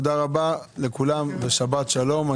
תודה רבה לכולם ושבת שלום.